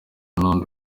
n’undi